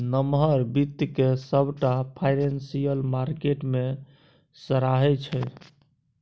नमहर बित्त केँ सबटा फाइनेंशियल मार्केट मे सराहै छै